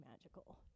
magical